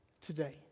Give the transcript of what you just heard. Today